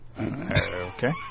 Okay